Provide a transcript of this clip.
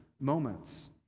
moments